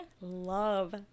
love